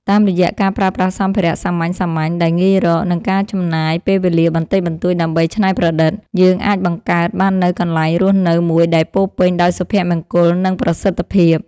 តាមរយៈការប្រើប្រាស់សម្ភារៈសាមញ្ញៗដែលងាយរក និងការចំណាយពេលវេលាបន្តិចបន្តួចដើម្បីច្នៃប្រឌិត យើងអាចបង្កើតបាននូវកន្លែងរស់នៅមួយដែលពោរពេញដោយសុភមង្គល និងប្រសិទ្ធភាព។